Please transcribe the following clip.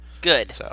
Good